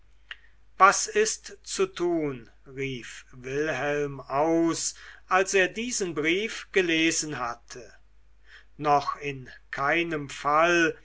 was ist zu tun rief wilhelm aus als er diesen brief gelesen hatte noch in keinem fall